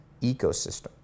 ecosystem